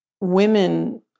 women